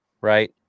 right